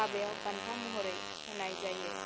हाबायाव बान्था महरै होनाय जायो